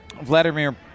Vladimir